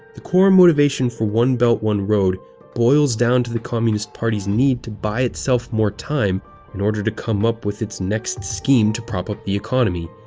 the core motivation for one belt, one road boils down to the communist party's need to buy itself more time in order to come up with its next scheme to prop up the economy,